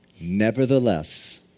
Nevertheless